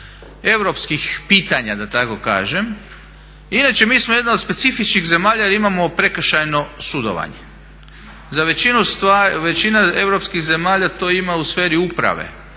europskih pitanja da tako kažem. Inače mi smo jedna od specifičnih zemalja jer imamo prekršajno sudovanje. Za većinu europskih zemalja to ima u sferi uprave.